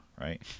right